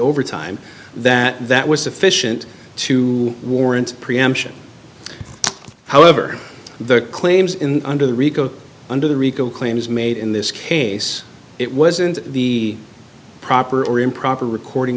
over time that that was sufficient to warrant preemption however the claims in under the rico under the rico claims made in this case it wasn't the proper or improper recording